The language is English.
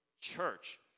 church